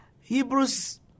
Hebrews